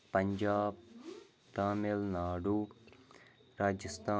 Punjab Tamil Nadu Rajasthan